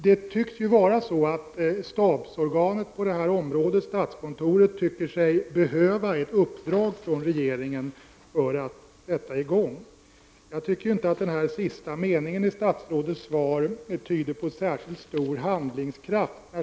Det tycks vara så att stabsorganet på detta område, statskontoret, tycker sig behöva ett uppdrag från regeringen för att sätta i gång. Jag anser inte att den sista meningen i statsrådets svar tyder på någon särskilt stor handlingskraft.